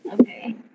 Okay